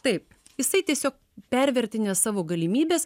taip jisai tiesiog pervertinęs savo galimybes